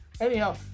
Anyhow